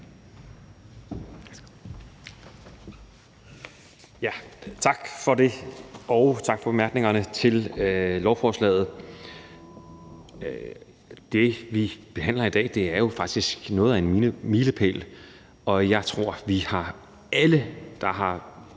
Tak for det, og tak for bemærkningerne til lovforslaget. Med det, vi behandler i dag, når vi jo faktisk noget af en milepæl, og jeg tror, alle, der har